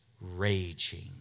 raging